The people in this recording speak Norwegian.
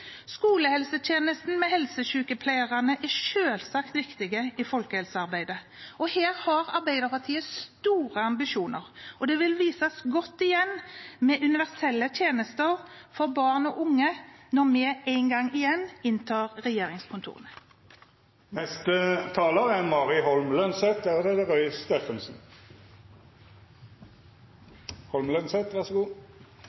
Skolehelsetjenesten, med helsesykepleiere, er selvsagt viktig i folkehelsearbeidet. Her har Arbeiderpartiet store ambisjoner, og når vi en dag igjen inntar regjeringskontorene, vil det vises godt i forbindelse med universelle tjenester for barn og unge. En